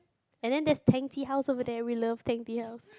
and then there's twenty house there we love twenty house